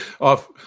off